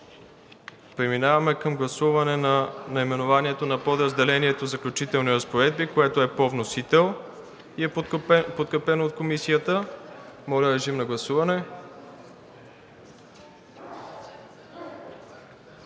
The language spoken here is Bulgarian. Преминаваме към гласуване на наименованието на подразделението „Заключителни разпоредби“, което е по вносител и е подкрепено от Комисията. Калин Иванов?